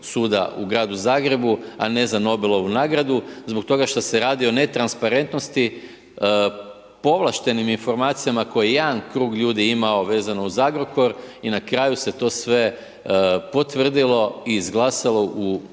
u gradu Zagrebu a ne za Nobelovu nagradu zbog toga šta se radi o netransparentnosti, povlaštenim informacijama koje jedan krug ljudi je imao vezano uz Agrokor i na kraju se to sve potvrdilo i izglasalo u režiji